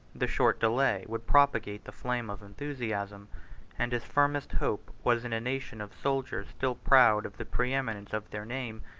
the short delay would propagate the flame of enthusiasm and his firmest hope was in a nation of soldiers still proud of the preeminence of their name,